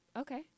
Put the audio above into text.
Okay